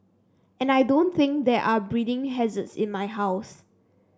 and I don't think there are breeding hazards in my house